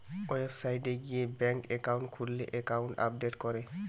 website গিয়ে bank account খুললে account update করে